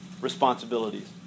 responsibilities